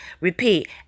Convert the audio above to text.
Repeat